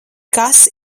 kas